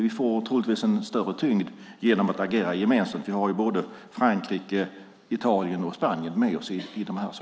Vi får troligtvis en större tyngd genom att agera gemensamt. Vi har ju Frankrike, Spanien och Italien med oss.